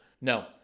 No